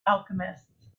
alchemists